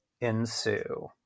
ensue